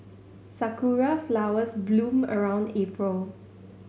sakura flowers bloom around April